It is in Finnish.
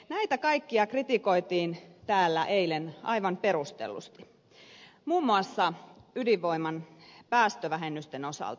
näitä kaikkia kritikoitiin täällä eilen aivan perustellusti muun muassa ydinvoiman päästövähennysten osalta